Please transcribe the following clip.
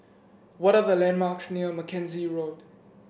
what are the landmarks near Mackenzie Road